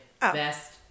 best